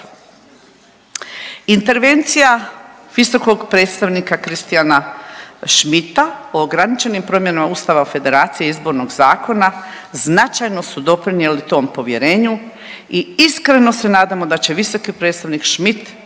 Intervencija visokog predstavnika Christiana Schmidta o ograničenim promjenama Ustava Federacije, Izbornog zakona značajno su doprinijeli tom povjerenju i iskreno se nadamo da će visoki predstavnik Schmidt